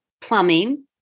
plumbing